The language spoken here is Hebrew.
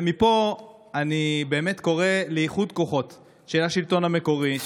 ומפה אני קורא לאיחוד כוחות של השלטון המקומי,